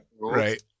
right